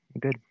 good